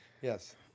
Yes